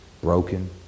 broken